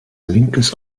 linkes